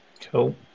Cool